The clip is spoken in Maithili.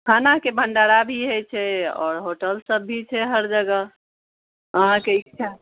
खानाके भण्डारा भी होइ छै आओर होटल सब भी छै हर जगह अहाँके इच्छा